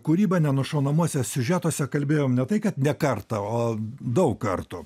kūrybą nenušaunamuose siužetuose kalbėjom ne tai kad ne kartą o daug kartų